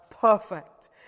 perfect